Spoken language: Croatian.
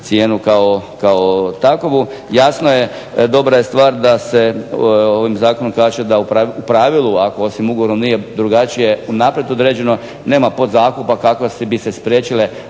cijenu kao takvu. Jasno je dobra je stvar da se ovim zakonom kaže da u pravilu osim ako ugovorom nije drugačije unaprijed određeno nema podzakupa kako bi se spriječile